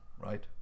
right